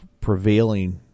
prevailing